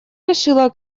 решила